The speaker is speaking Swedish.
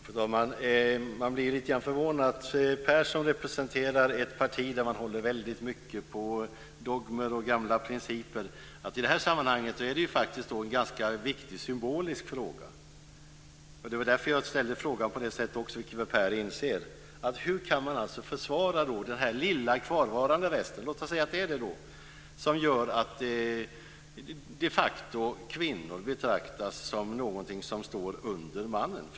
Fru talman! Jag blir lite förvånad. Per representerar ett parti där man håller väldigt mycket på dogmer och gamla principer, och i det här sammanhanget är det en ganska viktig symbolisk fråga. Det var därför jag ställde frågan på det sättet, vilket väl Per inser. Hur kan man alltså försvara den här lilla kvarvarande resten - låt oss säga att det är det - som gör att kvinnor de facto betraktas som någonting som står under mannen?